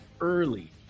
early